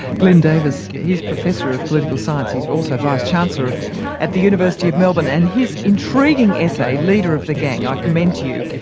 glyn davis. he's professor of political science, he's also vice-chancellor at the university of melbourne. and his intriguing essay, leader of the gang, i commend to you.